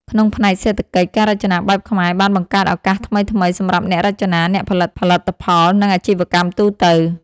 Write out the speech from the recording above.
ក្នុងផ្នែកសេដ្ឋកិច្ច ការរចនាបែបខ្មែរបានបង្កើតឱកាសថ្មីៗសម្រាប់អ្នករចនា អ្នកផលិតផលិតផល និងអាជីវកម្មទូទៅ។